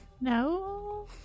No